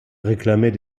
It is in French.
réclamait